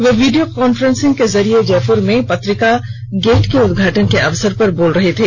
वे video conference के जरिये जयप्र में पत्रिका गेट के उदघाटन के अवसर पर बोल रहे थे